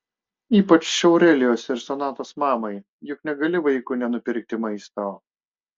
ypač aurelijos ir sonatos mamai juk negali vaikui nenupirkti maisto